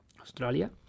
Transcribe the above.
Australia